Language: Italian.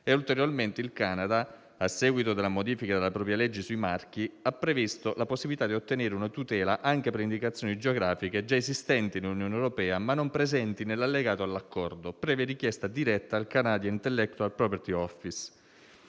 Ulteriormente il Canada, a seguito della modifica della propria legge sui marchi, ha previsto la possibilità di ottenere una tutela anche per le indicazioni geografiche già esistenti in Unione europea, ma non presenti nell'allegato all'Accordo, previa richiesta diretta al Canadian intellectual property office.